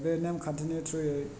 बे नेमखान्थिनि थ्रुयै